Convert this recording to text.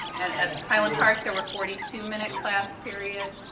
and at highland park there were forty two minute class periods.